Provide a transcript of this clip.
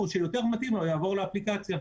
מהציבור, שיותר מתאים לו יעבור לאפליקציה.